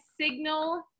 Signal